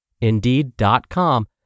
Indeed.com